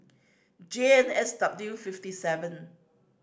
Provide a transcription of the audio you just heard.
J N S W fifty seven